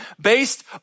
based